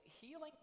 healing